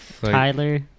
Tyler